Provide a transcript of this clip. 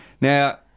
Now